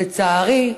לצערי,